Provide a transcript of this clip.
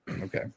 Okay